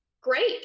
great